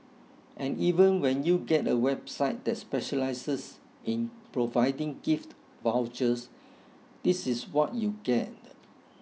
and even when you get a website that specialises in providing gift vouchers this is what you get